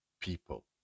people